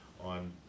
on